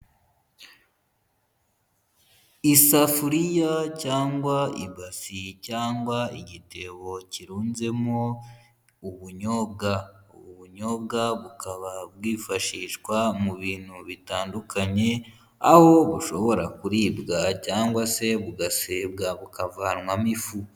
Isafuriya cyangwa ibasi cyangwa igitebo kirunzemo ubunyobwa, ubu bunyobwa bukaba bwifashishwa mu bintu bitandukanye, aho bushobora kuribwa cyangwa se bugasebwa bukavanwamo ifu.